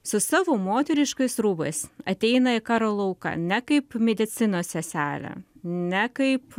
su savo moteriškais rūbais ateina į karo lauką ne kaip medicinos seselę ne kaip